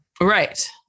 Right